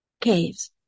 Caves